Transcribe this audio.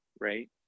right